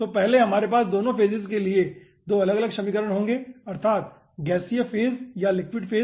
तो पहले हमारे पास दोनों फेजेज के लिए 2 अलग अलग समीकरण होंगे अर्थात गैसीय फेज या लिक्विड फेज